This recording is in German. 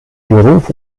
beruf